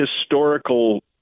historical